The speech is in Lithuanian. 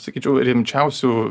sakyčiau rimčiausių